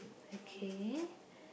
okay